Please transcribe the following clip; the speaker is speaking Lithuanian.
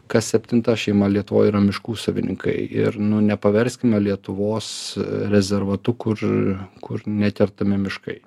kas septinta šeima lietuvoj yra miškų savininkai ir nu nepaverskime lietuvos rezervatu kur kur nekertami miškai